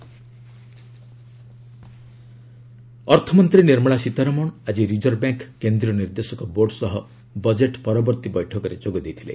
finance minister RBI ଅର୍ଥମନ୍ତ୍ରୀ ନିର୍ମଳା ସୀତାରମଣ ଆଜି Reserve Bank କେନ୍ଦ୍ରୀୟ ନିର୍ଦ୍ଦେଶକ ବୋର୍ଡ ସହ ବଜେଟ୍ ପରବର୍ତ୍ତୀ ବୈଠକରେ ଯୋଗ ଦେଇଥିଲେ